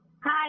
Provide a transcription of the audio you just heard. Hi